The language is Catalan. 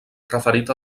referit